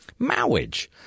Mowage